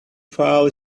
file